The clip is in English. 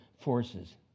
forces